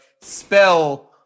spell